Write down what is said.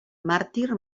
màrtir